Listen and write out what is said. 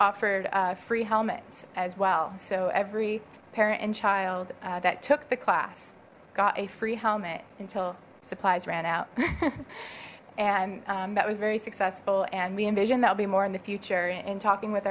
offered free helmets as well so every parent and child that took the class got a free helmet until supplies ran out and that was very successful and we envision that will be more in the future in talking with